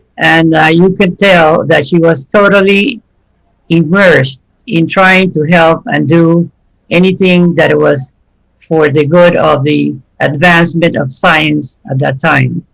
and you can tell that she was totally immersed in trying to help and do anything that was for the good of the advancement of science at that time.